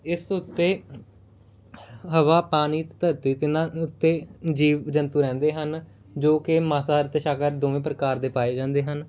ਇਸ ਤੋਂ ਉੱਤੇ ਹਵਾ ਪਾਣੀ ਅਤੇ ਧਰਤੀ 'ਤੇ ਨਾ ਉੱਤੇ ਜੀਵ ਜੰਤੂ ਰਹਿੰਦੇ ਹਨ ਜੋ ਕਿ ਮਾਸਾਹਾਰੀ ਅਤੇ ਸ਼ਾਕਾਹਾਰੀ ਦੋਵੇਂ ਪ੍ਰਕਾਰ ਦੇ ਪਾਏ ਜਾਂਦੇ ਹਨ